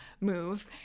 move